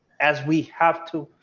as we have to,